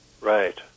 Right